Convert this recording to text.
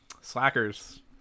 Slackers